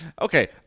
okay